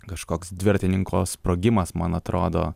kažkoks dviratininko sprogimas man atrodo